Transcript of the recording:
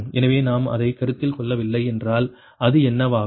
எனவே நாம் அதை கருத்தில் கொள்ளவில்லை என்றால் அது என்னவாகும்